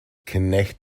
knecht